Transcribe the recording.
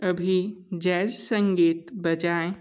अभी जैज़ संगीत बजाएँ